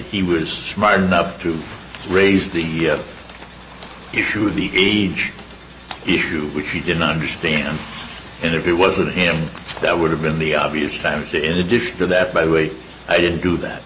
he was smart enough to raise the issue of the age issue which he did not understand and it wasn't him that would have been the obvious that in addition to that by the way i did do that